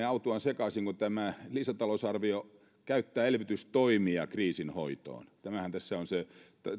autuaan sekaisin kun tämä lisätalousarvio käyttää elvytystoimia kriisinhoitoon tämähän tässä on se